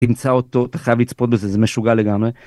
תמצא אותו אתה חייב לצפות בזה זה משוגע לגמרי.